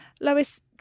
Lois